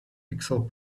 pixel